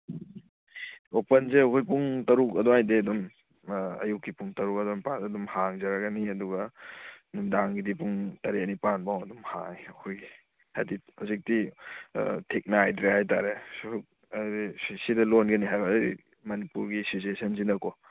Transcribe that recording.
ꯑꯣꯄꯟꯁꯦ ꯑꯩꯈꯣꯏ ꯄꯨꯡ ꯇꯔꯨꯛ ꯑꯗꯨꯋꯥꯏꯗꯩ ꯑꯗꯨꯝ ꯑꯌꯨꯛꯀꯤ ꯄꯨꯡ ꯇꯔꯨꯛ ꯑꯗꯨꯋꯥꯏ ꯃꯄꯥꯗ ꯑꯗꯨꯝ ꯍꯥꯡꯖꯔꯒꯅꯤ ꯑꯗꯨꯒ ꯅꯨꯡꯗꯥꯡꯒꯤꯗꯤ ꯄꯨꯡ ꯇꯔꯦꯠ ꯅꯤꯄꯥꯟꯐꯥꯎ ꯑꯗꯨꯝ ꯍꯥꯡꯉꯦ ꯑꯩꯈꯣꯏꯒꯤ ꯍꯥꯏꯗꯤ ꯍꯧꯖꯤꯛꯇꯤ ꯊꯤꯛ ꯅꯥꯏꯗ꯭ꯔꯦ ꯍꯥꯏꯇꯥꯔꯦ ꯁꯨꯝ ꯍꯥꯏꯗꯤ ꯁꯤꯗ ꯂꯣꯟꯒꯅꯤ ꯍꯥꯏꯕꯒꯤ ꯃꯅꯤꯄꯨꯔꯒꯤ ꯁꯤꯆꯨꯋꯦꯁꯟꯁꯤꯅꯀꯣ